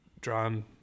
drawn